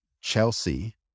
Chelsea